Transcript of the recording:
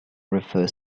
refers